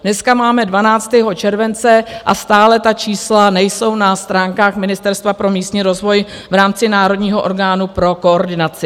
Dneska máme 12. července a stále ta čísla nejsou na stránkách Ministerstva pro místní rozvoj v rámci národního orgánu pro koordinaci.